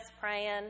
praying